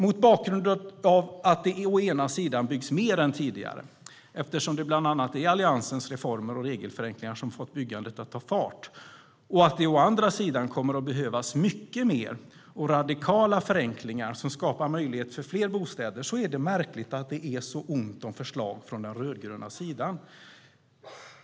Mot bakgrund av att det å ena sidan byggs mer än tidigare - det är bland annat Alliansens reformer och regelförenklingar som fått byggandet att ta fart - och att det å andra sidan kommer att behövas många fler och radikalare förenklingar som skapar möjlighet för fler bostäder är det märkligt att det är så ont om förslag från den rödgröna sidan.